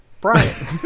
Brian